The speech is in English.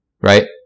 Right